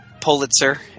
Pulitzer